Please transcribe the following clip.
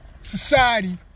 society